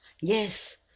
Yes